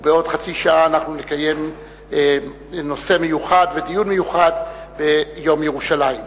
ובעוד חצי שעה נקיים דיון מיוחד ליום ירושלים.